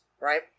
right